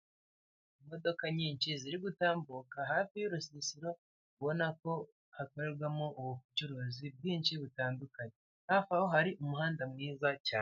Imodoka nyinshi ziri gutambuka hafi y'urusisiro ubona ko hakorerwamo ubucuruzi bwinshi butandukanye hafi aho hari umuhanda mwiza cyane .